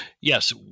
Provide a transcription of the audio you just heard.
Yes